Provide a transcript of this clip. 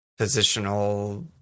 positional